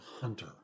hunter